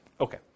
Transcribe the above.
Okay